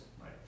Right